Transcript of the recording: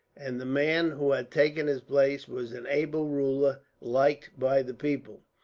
and the man who had taken his place was an able ruler liked by the people.